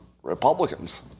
Republicans